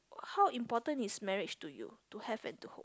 how important is marriage to you to have and to